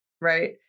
right